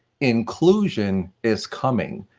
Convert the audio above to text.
inclusion is coming.